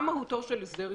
מתייתר.